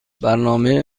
برنامه